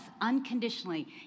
unconditionally